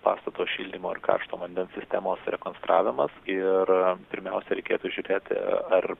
pastato šildymo ir karšto vandens sistemos rekonstravimas ir pirmiausia reikėtų žiūrėti ar